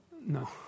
No